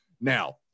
Now